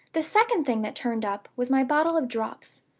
the second thing that turned up was my bottle of drops.